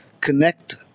connect